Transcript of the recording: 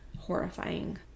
Horrifying